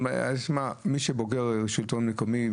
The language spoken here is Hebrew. מי שבוגר שלטון מקומי,